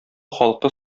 халкы